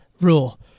rule